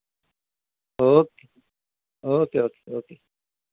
okay okay okay okay